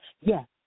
Yes